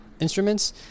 instruments